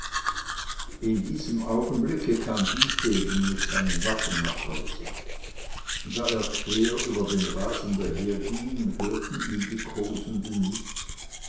in diesem augenblicke kam dietegen mit seinen waffen nach hause da er quer über den rasen daherging hörten ihn die kosenden nicht